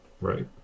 right